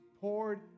poured